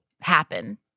happen